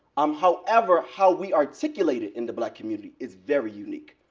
um however, how we articulate it in the black community is very unique.